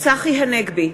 צחי הנגבי,